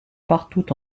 partout